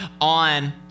on